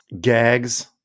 gags